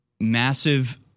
Massive